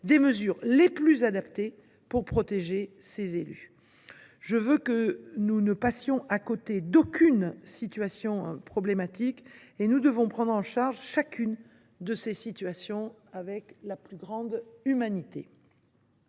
des mesures les plus adaptées pour protéger les élus. Je souhaite que nous ne passions à côté d’aucune situation problématique, et nous devons prendre en charge chacune de ces situations avec la plus grande humanité.